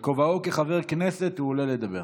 בכובעו כחבר כנסת הוא עולה לדבר.